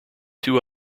two